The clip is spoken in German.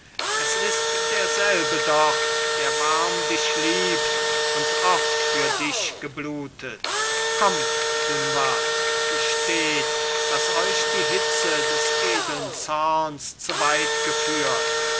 es ist derselbe doch der warm dich liebt und oft für dich geblutet kommt dunois gesteht daß euch die hitze des edeln zorns zu weit geführt